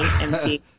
empty